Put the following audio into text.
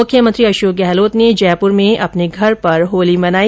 मुख्यमंत्री अशोक गहलोत ने जयपुर में अपने घर पर होली मनाई